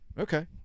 Okay